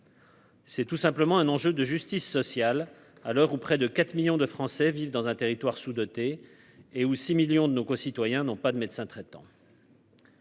C'est tout simplement un enjeu de justice sociale, à l'heure où près de 4 millions de Français vivent dans un territoire sous-doté et où 6 millions de nos concitoyens n'ont pas de médecin traitant.